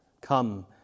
come